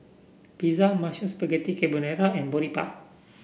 Pizza Mushroom Spaghetti Carbonara and Boribap